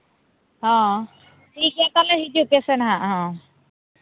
ᱦᱮᱸ ᱴᱷᱤᱠ ᱜᱮᱭᱟ ᱛᱟᱦᱞᱮ ᱦᱤᱡᱩᱜ ᱯᱮᱥᱮ ᱦᱟᱸᱜ ᱦᱮᱸ